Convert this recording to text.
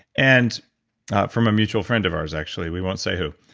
and from a mutual friend of ours, actually. we won't say who.